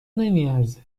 نمیارزه